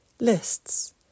lists